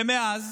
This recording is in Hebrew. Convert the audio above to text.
ומאז